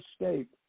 escape